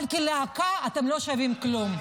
אבל כלהקה אתם לא שווים כלום.